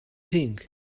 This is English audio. think